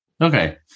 Okay